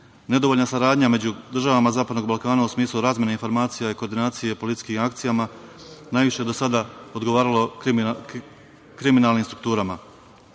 Nedovoljna saradnja među državama zapadnog Balkana u smislu razmene informacija i koordinacije policijskim akcijama najviše do sada odgovaralo je kriminalnim strukturama.